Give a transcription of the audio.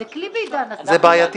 זה כלי בידי הנשיא -- זה בעייתי.